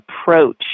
approach